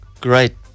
great